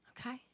Okay